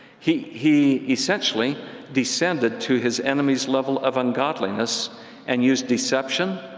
he he essentially descended to his enemies' level of ungodliness and used deception,